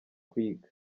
kwiga